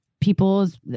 people's